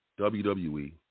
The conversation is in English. WWE